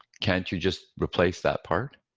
can't you just replace that part?